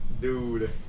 Dude